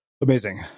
amazing